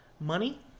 money